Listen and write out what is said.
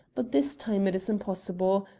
but this time it is impossible.